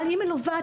אבל היא מלווה,